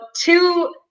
two